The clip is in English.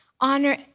Honor